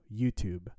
YouTube